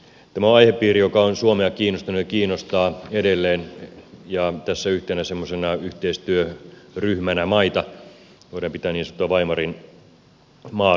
tämä on aihepiiri joka on suomea kiinnostanut ja kiinnostaa edelleen ja tässä yhtenä semmoisena yhteistyöryhmänä maita voidaan pitää niin sanottua weimarin maaryhmää